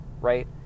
Right